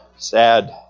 Sad